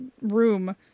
Room